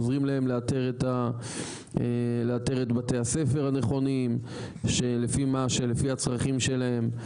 עוזרים להם לאתר את בתי הספר הנכונים לפי הצרכים שלהם,